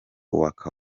waka